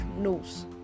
knows